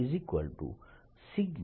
અને તેથી E